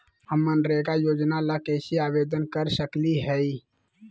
हम मनरेगा योजना ला कैसे आवेदन कर सकली हई?